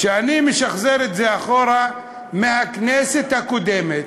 כשאני משחזר את זה אחורה, מהכנסת הקודמת,